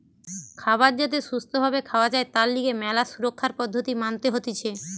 খাবার যাতে সুস্থ ভাবে খাওয়া যায় তার লিগে ম্যালা সুরক্ষার পদ্ধতি মানতে হতিছে